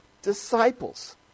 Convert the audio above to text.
disciples